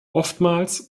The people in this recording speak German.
oftmals